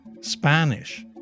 Spanish